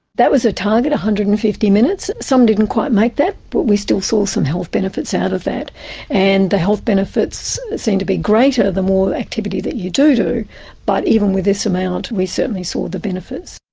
that was a target one hundred and fifty minutes, some didn't quite make that but we still saw some health benefits out of that and the health benefits seemed to be greater the more activity that you do do but even with this amount we certainly saw the benefits.